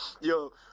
Yo